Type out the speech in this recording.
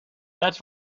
that’s